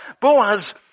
Boaz